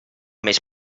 més